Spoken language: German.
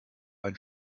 ein